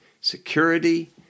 security